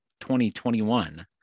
2021